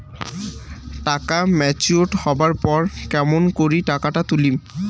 টাকা ম্যাচিওরড হবার পর কেমন করি টাকাটা তুলিম?